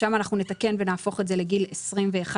שם אנחנו נתקן ונהפוך את זה לגיל 21,